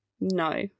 no